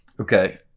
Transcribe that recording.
okay